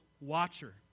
watcher